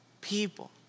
people